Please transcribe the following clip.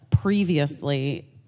Previously